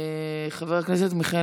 חבר הכנסת מיכאל